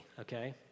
okay